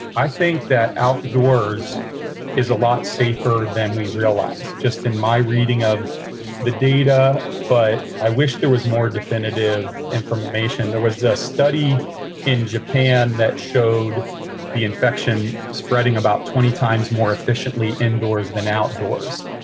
i think that outdoors is a lot safer than we realize. just in my reading of the data, but i wish there was more definitive information. there was a study in japan that showed the infection spreading about twenty times more efficiently indoors than outdoors.